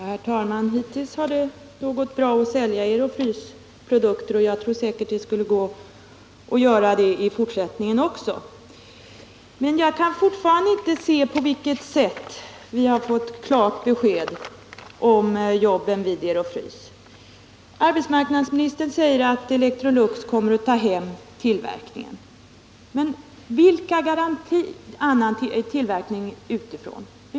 Herr talman! Hittills har det ju gått bra att sälja Ero-Frys produkter, och jag tror att det skulle gå att göra det i fortsättningen också. Men jag kan fortfarande inte se på vilket sätt vi har fått klart besked om jobben vid Ero-Frys. Arbetsmarknadsministern säger att Electrolux kommer att ta hem annan tillverkning utifrån.